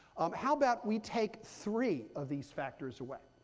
how about we take three of these factors away?